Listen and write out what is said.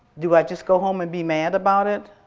do i just go home and be mad about it?